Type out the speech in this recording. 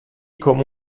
come